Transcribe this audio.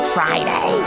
Friday